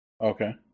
Okay